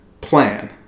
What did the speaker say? plan